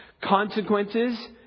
Consequences